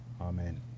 Amen